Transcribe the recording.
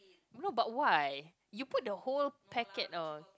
no but why you put the whole packet oh